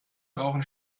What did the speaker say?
brauchen